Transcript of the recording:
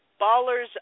Ballers